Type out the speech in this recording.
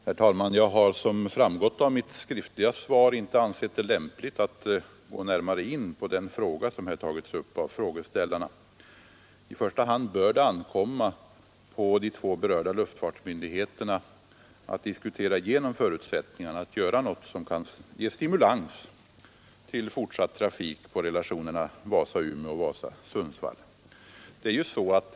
Herr talman! Jag har, som framgått av mitt skriftliga svar, inte ansett det lämpligt att gå närmare in på den fråga som här tagits upp av frågeställarna. I första hand bör det ankomma på de två berörda luftfartsmyndigheterna att diskutera igenom förutsättningarna att göra något som kan ge stimulans till fortsatt trafik på linjerna Vasa—-Umeå och Vasa—Sundsvall.